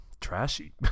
trashy